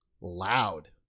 loud